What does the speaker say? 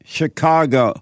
Chicago